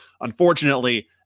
Unfortunately